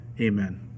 Amen